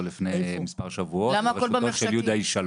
לפני מספר שבועות בראשותו של יהודה איש שלום.